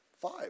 Five